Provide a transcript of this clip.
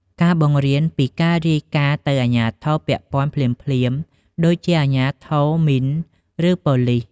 ការបង្រៀនពីការរាយការណ៍ទៅអាជ្ញាធរពាក់ព័ន្ធភ្លាមៗ ដូចជាអាជ្ញាធរមីន ឬប៉ូលិស។